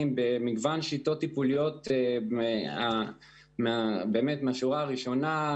במגוון שיטות טיפוליות מהשורה ראשונה,